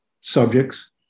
subjects